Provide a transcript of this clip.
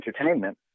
entertainment